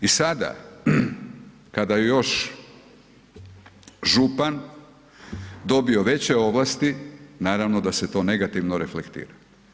I sada kada je još župan dobio veće ovlasti, naravno da se to negativno reflektira.